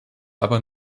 aber